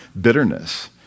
bitterness